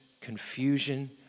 confusion